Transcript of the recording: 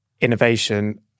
innovation